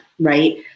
right